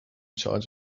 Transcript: charge